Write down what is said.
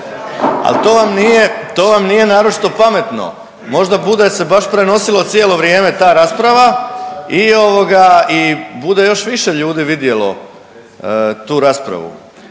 ali to vam nije naročito pametno. Možda bude se baš prenosilo cijelo vrijeme ta rasprava i ovoga, i bude još više ljudi vidjelo tu raspravu.